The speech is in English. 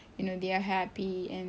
you know they are happy and